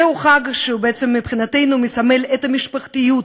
זהו חג שמסמל מבחינתנו את המשפחתיות.